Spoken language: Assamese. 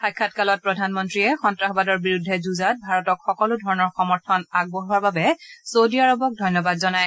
সাক্ষাৎকালত প্ৰধানমন্ত্ৰীয়ে সন্ত্ৰাসবাদৰ বিৰুদ্ধে যুঁজাত ভাৰতক সকলোধৰণৰ সমৰ্থন আগবঢ়োৱাৰ বাবে চৌদী আৰবক ধন্যবাদ জনায়